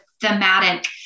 thematic